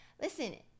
Listen